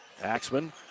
Axman